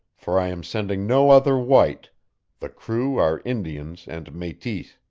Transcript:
for i am sending no other white the crew are indians and metis.